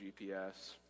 GPS